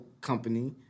company